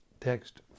text